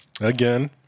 Again